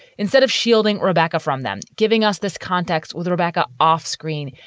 instead of shielding rebecca from them. giving us this context with rebecca off-screen,